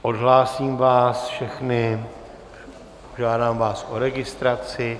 Odhlásím vás všechny, žádám vás o registraci.